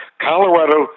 Colorado